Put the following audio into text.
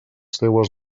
seues